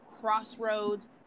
crossroads